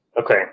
Okay